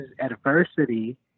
adversity